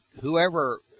whoever